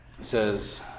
says